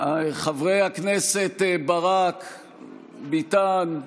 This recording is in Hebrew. חברי הכנסת ברק וביטן,